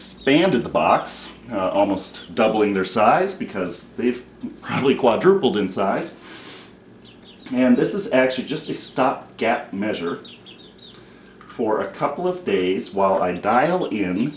expanded the box almost doubling their size because they've probably quadrupled in size and this is actually just a stopgap measure for a couple of days while i dial in